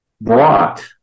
brought